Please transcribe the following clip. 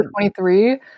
23